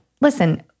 listen-